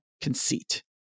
conceit